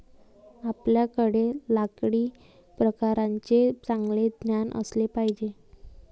आपल्याकडे लाकडी प्रकारांचे चांगले ज्ञान असले पाहिजे